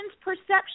perception